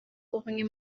umwe